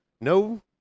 no